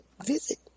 visit